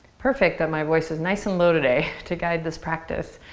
perfect that my voice is nice and low today to guide this practice.